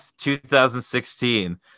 2016